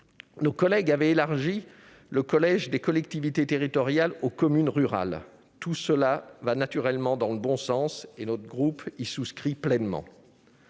nos collègues avaient élargi le collège des collectivités territoriales aux communes rurales. Tout cela va naturellement dans le bon sens ; notre groupe y souscrit pleinement.